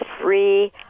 free